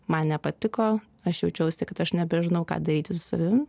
man nepatiko aš jaučiausi kad aš nebežinau ką daryti su savim